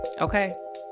okay